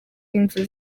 inzu